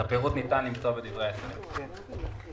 את הפירוט ניתן למצוא בדברי ההסבר.